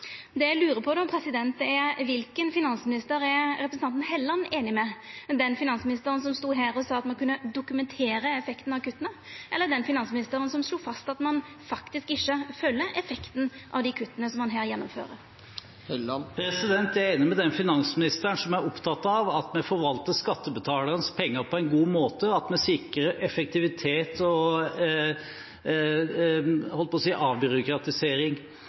Det eg lurer på, er: Kva for ein finansminister er representanten Helleland einig med, den finansministeren som stod her og sa at me kunne dokumentera effekten av kutta, eller den finansministeren som slo fast at ein faktisk ikkje kan følgja effekten av dei kutta som ein her gjennomfører? Jeg er enig med den finansministeren som er opptatt av at vi forvalter skattebetalernes penger på en god måte, og at vi sikrer effektivitet og avbyråkratisering.